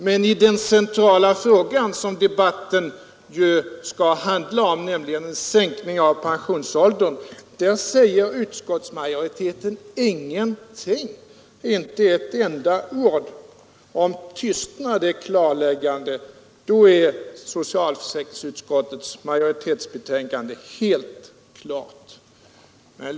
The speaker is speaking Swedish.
Men i den centrala frågan, den som debatten skall handla om, nämligen en sänkning av pensionsåldern, säger utskottsmajoriteten inte ett ord. Om tystnad är klarläggande, då är socialförsäkringsutskottsmajoritetens betänkande helt klart.